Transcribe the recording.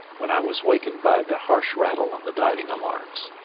when i was awakened by the harsh rattle of the diving alarms.